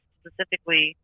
specifically